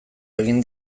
egin